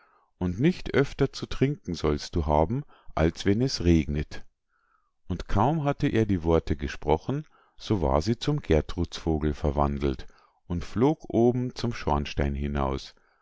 und nicht öfter zu trinken sollst du haben als wenn es regnet und kaum hatte er die worte gesprochen so war sie zum gertrudsvogel verwandelt und flog oben zum schornstein hinaus